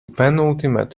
penultimate